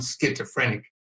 schizophrenic